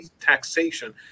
taxation